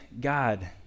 God